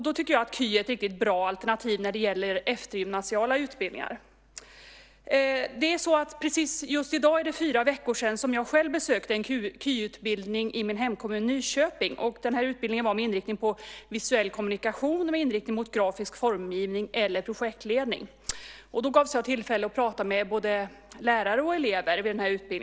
Då tycker jag att KY är ett riktigt bra alternativ när det gäller eftergymnasiala utbildningar. I dag är det precis fyra veckor sedan som jag själv besökte en kvalificerad yrkesutbildning i min hemkommun Nyköping. Den utbildningen hade inriktning på visuell kommunikation, grafisk formgivning eller projektledning. Jag gavs då tillfälle att prata med både lärare och elever.